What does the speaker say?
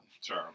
Sure